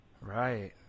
Right